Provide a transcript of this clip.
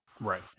Right